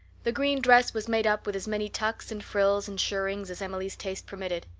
the green dress was made up with as many tucks and frills and shirrings as emily's taste permitted.